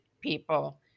people